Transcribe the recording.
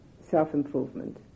self-improvement